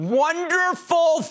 wonderful